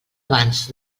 abans